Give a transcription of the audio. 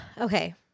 okay